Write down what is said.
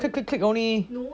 click click click only